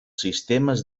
sistemes